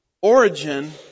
origin